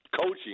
coaching